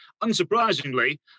unsurprisingly